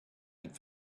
and